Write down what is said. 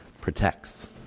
protects